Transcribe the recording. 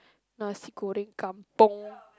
nasi-goreng kampung